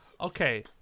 Okay